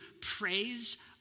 praise